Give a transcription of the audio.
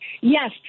yes